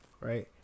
right